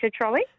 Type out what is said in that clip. trolley